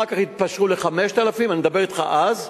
אחר כך התפשרו על 5,000. אני מדבר אתך אז.